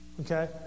okay